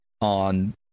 on